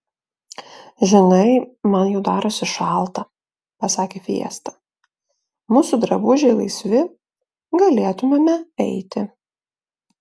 žinai man jau darosi šalta pasakė fiesta mūsų drabužiai laisvi galėtumėme eiti